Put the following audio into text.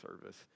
service